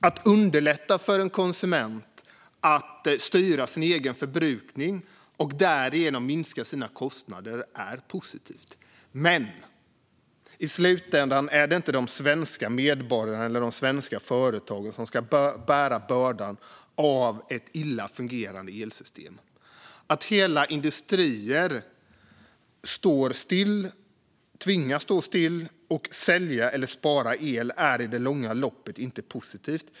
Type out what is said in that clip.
Att underlätta för en konsument att styra sin egen förbrukning och därigenom minska sina kostnader är positivt. Men i slutändan är det inte de svenska medborgarna eller de svenska företagen som ska bära bördan av ett illa fungerande elsystem. Att hela industrier tvingas stå still och sälja eller spara el är i det långa loppet inte positivt.